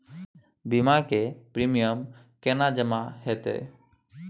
बीमा के प्रीमियम केना जमा हेते?